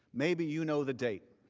maybe you know the date.